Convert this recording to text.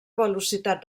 velocitat